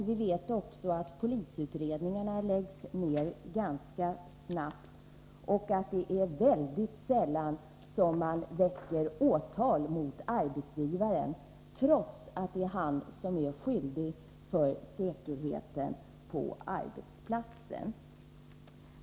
Vi vet också att polisutredningarna läggs ned ganska snabbt, och att det är mycket sällan som man väcker åtal mot arbetsgivaren, trots att det är han som är ansvarig för säkerheten på arbetsplatsen.